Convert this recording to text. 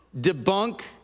debunk